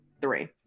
three